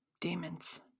Demons